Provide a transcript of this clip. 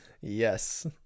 Yes